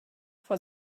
vor